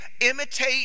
imitate